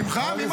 לא.